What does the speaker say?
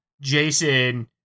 Jason